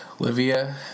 Olivia